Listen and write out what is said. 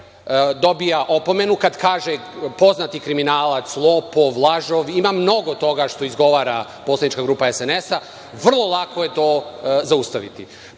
dobija opomenu, kada kaže – poznati kriminalac, lopov, lažov. Ima mnogo toga što izgovara poslanička grupa SNS. Vrlo lako je to zaustaviti. Predsednica